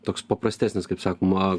toks paprastesnis kaip sakoma